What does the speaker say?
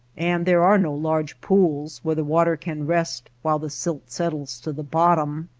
and there are no large pools where the water can rest while the silt settles to the bottom.